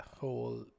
whole